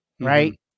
right